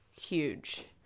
huge